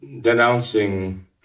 denouncing